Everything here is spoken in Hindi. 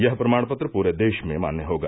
यह प्रमाण पत्र पूरे देश में मान्य होगा